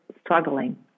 struggling